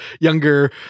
younger